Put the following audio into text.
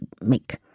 make